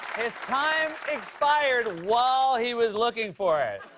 his time expired while he was looking for it.